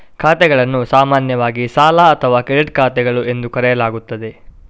ಖಾತೆಗಳನ್ನು ಸಾಮಾನ್ಯವಾಗಿ ಸಾಲ ಅಥವಾ ಕ್ರೆಡಿಟ್ ಖಾತೆಗಳು ಎಂದು ಕರೆಯಲಾಗುತ್ತದೆ